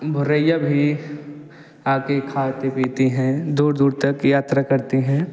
गोरैया भी आ कर खाते पीती हैं दूर दूर तक यात्रा करते हैं